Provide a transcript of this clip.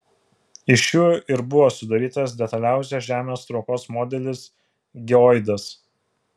iš jų ir buvo sudarytas detaliausias žemės traukos modelis geoidas